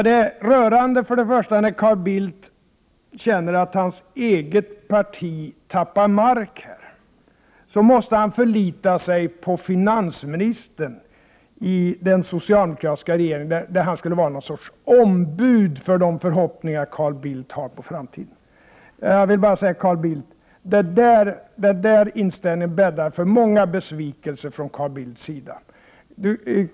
Det är rörande att när Carl Bildt känner att hans eget parti tappar mark måste han förlita sig på finansministern i den socialdemokratiska regeringen. Finansministern skulle vara något slags ombud för de förhoppningar Carl Bildt har för framtiden. Om det vill jag bara säga att den inställningen bäddar för många besvikelser för Carl Bildt.